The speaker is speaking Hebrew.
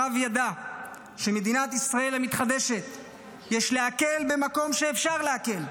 הרב ידע שבמדינת ישראל המתחדשת יש להקל במקום שאפשר להקל,